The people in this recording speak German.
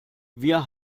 wir